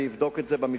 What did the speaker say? אני אבדוק את זה במשרד.